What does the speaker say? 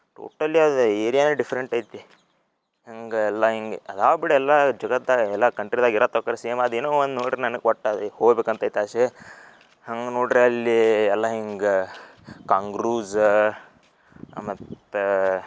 totally ಅದು ಏರಿಯಾನೇ different ಐತಿ ಹಂಗೆ ಎಲ್ಲ ಹೀಗೆ ಅದು ಬಿಡು ಎಲ್ಲ ಜಗತ್ತಾಗೆ ಎಲ್ಲ ಕಂಟ್ರಿದಾಗೆ ಇರತ್ತೆ ಅಕ್ಕರು ಸೇಮ್ ಅದೇನೋ ಒಂದು ನೋಡ್ರಿ ನನಗೆ ಒಟ್ಟು ಅದು ಹೋಗ್ಬೇಕಂತ ಐತೆ ಆಸೆ ಹಂಗೆ ನೋಡ್ದ್ರೆ ಅಲ್ಲಿ ಎಲ್ಲ ಹಿಂಗೆ ಕಾಂಗ್ರೂಝ ಮತ್ತು